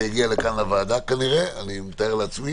אני מתאר לעצמי